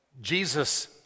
Jesus